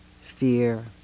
fear